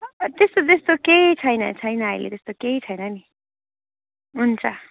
त्यस्तो त्यस्तो केही छैन छैन अहिले त्यस्तो केही छैन नि हुन्छ